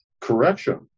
correction